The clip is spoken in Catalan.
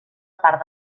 part